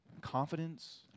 confidence